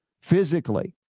Physically